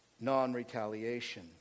non-retaliation